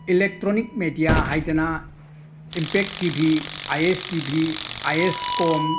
electronic media ꯍꯥꯏꯗꯅ Impact T V I S T V I S Kom